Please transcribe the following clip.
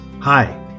Hi